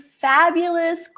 fabulous